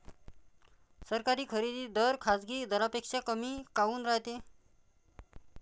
सरकारी खरेदी दर खाजगी दरापेक्षा कमी काऊन रायते?